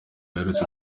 aherutse